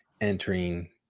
entering